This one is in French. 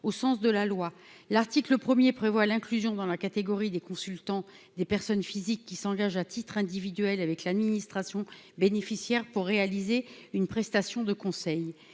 au sens de la loi, l'article 1er prévoit. Fusion dans la catégorie des consultants, des personnes physiques qui s'engagent à titre individuel avec l'administration bénéficiaire pour réaliser une prestation de conseil